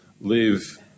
live